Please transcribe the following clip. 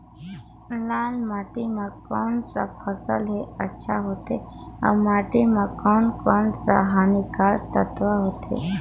लाल माटी मां कोन सा फसल ह अच्छा होथे अउर माटी म कोन कोन स हानिकारक तत्व होथे?